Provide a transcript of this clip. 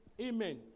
amen